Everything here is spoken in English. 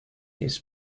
his